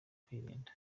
kwirinda